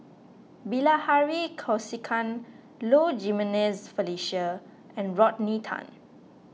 Bilahari Kausikan Low Jimenez Felicia and Rodney Tan